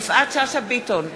יפעת שאשא ביטון,